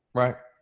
right.